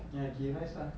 ya ghee rice lah